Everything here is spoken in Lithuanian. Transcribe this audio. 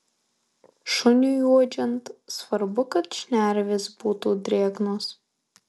šuniui uodžiant svarbu kad šnervės būtų drėgnos